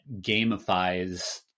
gamifies